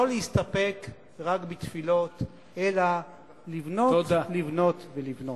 לא להסתפק רק בתפילות, אלא לבנות, לבנות ולבנות.